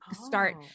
start